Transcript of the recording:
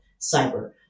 cyber